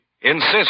Insist